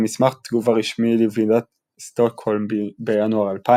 במסמך תגובה רשמי לוועידת סטוקהולם בינואר 2000